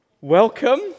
Welcome